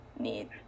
need